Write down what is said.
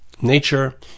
nature